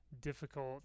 difficult